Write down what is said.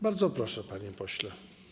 Bardzo proszę, panie pośle.